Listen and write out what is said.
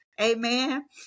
amen